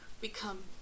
become